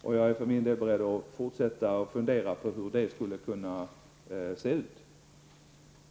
För min del är jag beredd att fortsätta att fundera på hur det hela skulle kunna se ut.